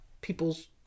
people's